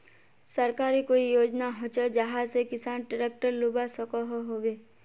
सरकारी कोई योजना होचे जहा से किसान ट्रैक्टर लुबा सकोहो होबे?